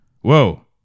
Whoa